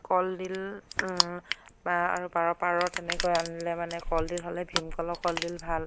কলডিল বা আৰু পাৰ পাৰৰ তেনেকৈ ৰান্ধিলে মানে কলডিল হ'লে ভীম কলৰ কলডিল ভাল